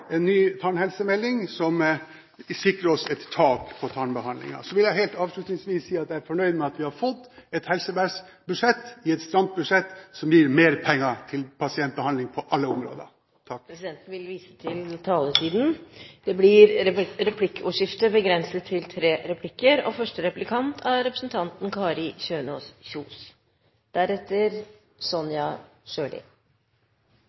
en ny tannhelsemelding som sikrer oss et tak på tannbehandlingen. Så vil jeg helt avslutningsvis si at jeg er fornøyd med at vi har fått et helsebudsjett med vekst i et stramt budsjett, som gir mer penger til pasientbehandling på alle områder. Det blir replikkordskifte. Den 1. desember kunne vi lese på SVs nettsider og i Avisa Nordland at representanten